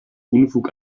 unfug